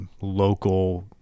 local